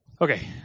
Okay